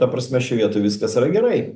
ta prasme šioj vietoj viskas yra gerai